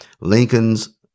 Lincoln's